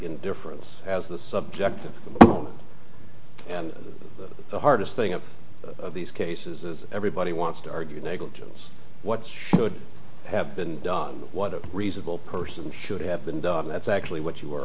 indifference as the subject of the hardest thing of these cases is everybody wants to argue negligence what should have been done what a reasonable person should have been done that's actually what you were